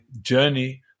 journey